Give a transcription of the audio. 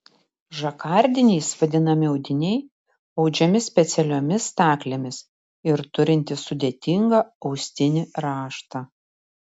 žakardiniais vadinami audiniai audžiami specialiomis staklėmis ir turintys sudėtingą austinį raštą